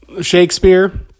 Shakespeare